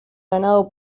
ganado